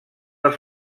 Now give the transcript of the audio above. als